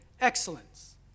excellence